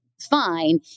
Fine